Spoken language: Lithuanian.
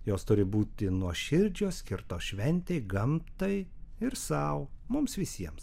jos turi būti nuoširdžios skirtos šventei gamtai ir sau mums visiems